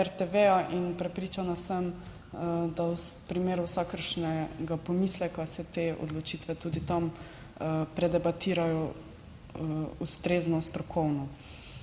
In prepričana sem, da v primeru vsakršnega pomisleka se te odločitve tudi tam predebatirajo ustrezno strokovno.